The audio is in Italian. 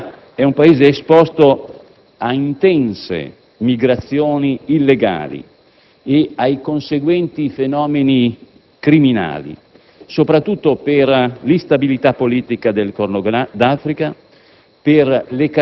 La Libia è un Paese esposto a intense migrazioni illegali e ai conseguenti fenomeni criminali, soprattutto per l'instabilità politica del Corno d'Africa